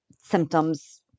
symptoms